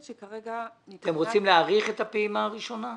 אתם רוצים להאריך את הפעימה הראשונה?